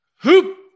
Hoop